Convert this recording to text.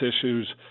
issues